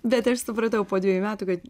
bet aš supratau po dvejų metų kad